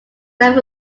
left